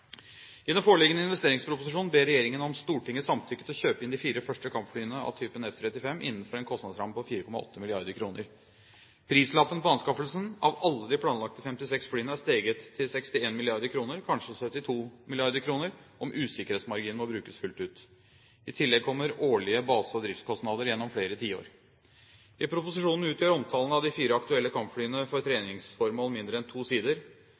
I den foreliggende investeringsproposisjonen ber regjeringen om Stortingets samtykke til å kjøpe inn de fire første kampflyene av typen F-35 – innenfor en kostnadsramme på 4,8 mrd. kr. Prislappen på anskaffelsen av alle de planlagte 56 flyene er steget til 61 mrd. kr – kanskje 72 mrd. kr om usikkerhetsmarginen må brukes fullt. I tillegg kommer årlige base- og driftskostnader gjennom flere tiår. I proposisjonen utgjør omtalen av de fire aktuelle kampflyene for treningsformål mindre enn to sider.